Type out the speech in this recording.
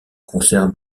concert